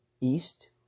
east